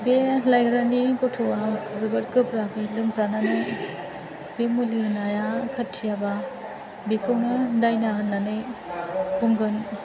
बे लायग्रानि गथ'आ जोबोर गोब्राबै लोमजानानै बे मुलि होनाया खाथियाबा बेखौनो दायना होननानै बुंगोन